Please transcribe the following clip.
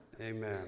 Amen